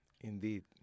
Indeed